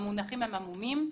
המונחים הם עמומים.